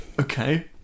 Okay